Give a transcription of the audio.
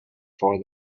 for